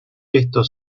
esto